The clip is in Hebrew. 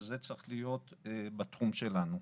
וזה צריך להיות בתחום שלנו.